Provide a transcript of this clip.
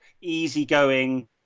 easygoing